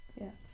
Yes